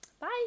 bye